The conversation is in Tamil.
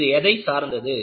இது எதைச் சார்ந்தது